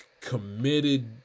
committed